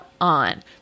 on